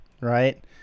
right